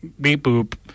beep-boop